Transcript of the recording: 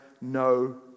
no